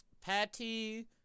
Patty